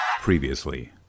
previously